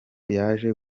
yaje